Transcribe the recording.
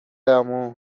عمو